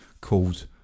called